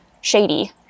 shady